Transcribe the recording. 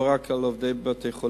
לא רק על עובדי בתי-חולים,